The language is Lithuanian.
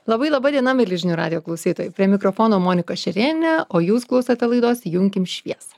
labai laba diena mieli žinių radijo klausytojai prie mikrofono monika šerėnė o jūs klausote laidos įjunkim šviesą